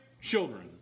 children